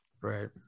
Right